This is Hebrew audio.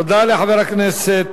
תודה לחבר הכנסת